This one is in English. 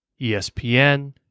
ESPN